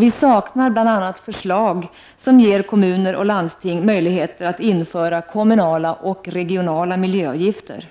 Vi saknar bl.a. förslag som ger kommuner och landsting möjligheter att införa kommunala och regionala miljöavgifter.